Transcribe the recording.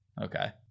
Okay